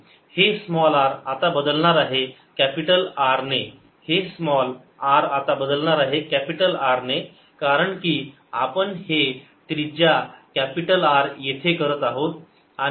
हे small r आता बदलणार आहे कॅपिटल R ने हे स्मॉल r आता बदलणार आहे कॅपिटल R ने कारण की आपण हे त्रिज्या कॅपिटल R येथे करत आहोत